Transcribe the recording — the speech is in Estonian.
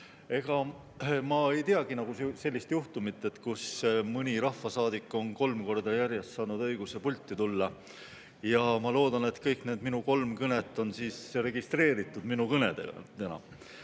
ega ma ei teagi sellist juhtumit, kus mõni rahvasaadik on kolm korda järjest saanud õiguse pulti tulla. Ma loodan, et kõik need minu kolm kõnet on registreeritud minu kõnedena.